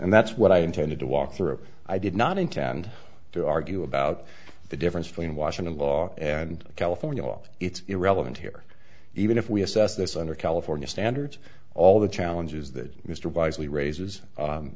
and that's what i intended to walk through i did not intend to argue about the difference between washington law and california law it's irrelevant here even if we assess this under california standards all the challenges that mr vice lee raises